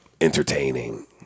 entertaining